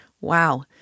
Wow